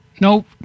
Nope